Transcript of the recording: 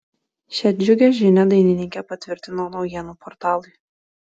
šią džiugią žinią dainininkė patvirtino naujienų portalui